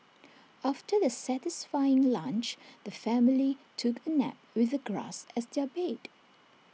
after their satisfying lunch the family took A nap with the grass as their bed